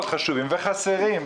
מאוד מאוד חשובים, וחסרים.